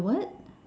the what